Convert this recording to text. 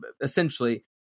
essentially